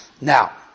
Now